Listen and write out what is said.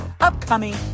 upcoming